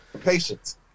Patience